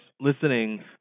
listening